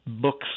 books